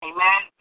Amen